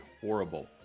horrible